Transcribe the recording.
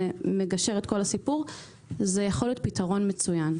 זה מגשר את כל הסיפור, זה יכול להיות פתרון מצוין.